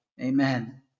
Amen